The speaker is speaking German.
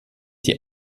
die